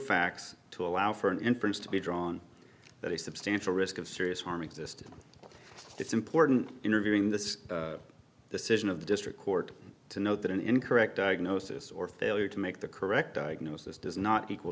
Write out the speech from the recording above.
facts to allow for an inference to be drawn that a substantial risk of serious harm existed it's important interviewing this decision of the district court to note that an incorrect diagnosis or failure to make the correct diagnosis does not equal